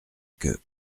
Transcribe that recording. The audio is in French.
que